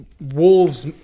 wolves